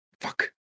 Fuck